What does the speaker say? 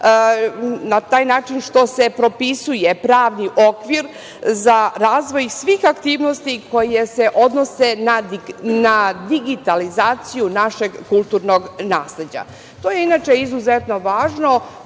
na taj način što se propisuje pravni okvir za razvoj svih aktivnosti koje se odnose na digitalizaciju našeg kulturnog nasleđa. To je, inače, izuzetno važno,